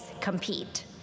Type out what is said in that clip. compete